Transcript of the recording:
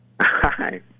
Hi